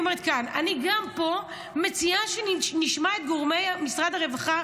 אני אומרת כאן: גם פה אני מציעה שנשמע את גורמי משרד הרווחה,